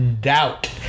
doubt